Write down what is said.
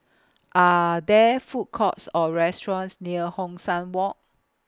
Are There Food Courts Or restaurants near Hong San Walk